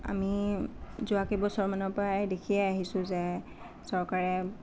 আমি যোৱা কেইবছৰমানৰ পৰা দেখিয়েই আহিছোঁ যে চৰকাৰে